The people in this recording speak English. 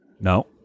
No